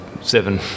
seven